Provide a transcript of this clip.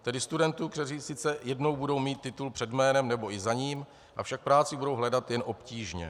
Tedy studentů, kteří sice jednou budou mít titul před jménem, nebo i za ním, avšak práci budou hledat jen obtížně.